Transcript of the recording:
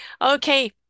okay